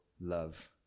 love